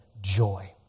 joy